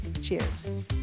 Cheers